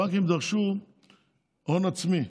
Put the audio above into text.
הבנקים דרשו הון עצמי.